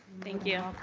thank you.